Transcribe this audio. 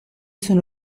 sono